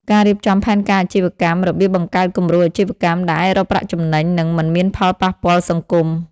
ការរៀបចំផែនការអាជីវកម្មរបៀបបង្កើតគំរូអាជីវកម្មដែលអាចរកប្រាក់ចំណេញ និងមិនមានផលប៉ះពាល់សង្គម ។